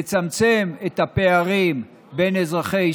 לצמצם את הפערים בין אזרחי ישראל,